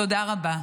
תודה רבה.